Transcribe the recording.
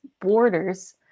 borders